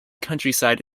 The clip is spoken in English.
countryside